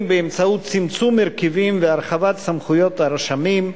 באמצעות צמצום הרכבים והרחבת סמכויות הרשמים,